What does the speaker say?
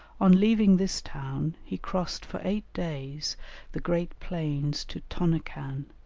on leaving this town he crossed for eight days the great plains to tonokan,